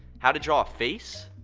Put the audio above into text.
how to draw a face.